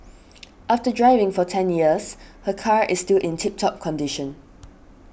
after driving for ten years her car is still in tip top condition